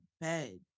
bed